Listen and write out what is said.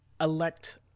elect